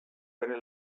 bere